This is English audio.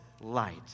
light